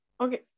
okay